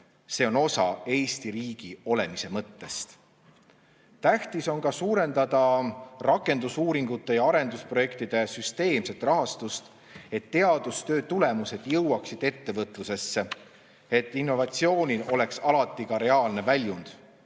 See on osa Eesti riigi olemise mõttest. Tähtis on ka suurendada rakendusuuringute ja arendusprojektide süsteemset rahastust, et teadustöö tulemused jõuaksid ettevõtlusesse, et innovatsioonil oleks alati ka reaalne väljund.